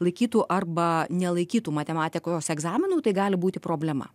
laikytų arba nelaikytų matematikos egzaminų tai gali būti problema